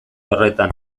horretan